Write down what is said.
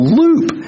loop